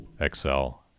excel